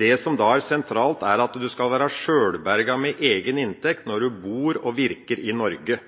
Det som da er sentralt, er at en skal være sjølberga med egen inntekt når en bor og virker i Norge,